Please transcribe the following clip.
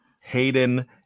Hayden